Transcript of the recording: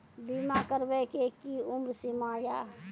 बीमा करबे के कि उम्र सीमा या?